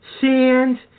sand